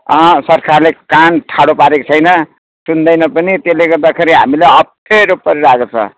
अँ सरकारले कान ठाडो पारेको छैन सुन्दैन पनि त्यसले गर्दाखेरि हामीलाई अप्ठ्यारो परिरहेको छ